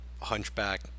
hunchback